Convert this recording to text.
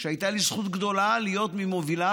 הייתה לי זכות גדולה להיות ממוביליו,